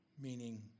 meaning